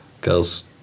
Girls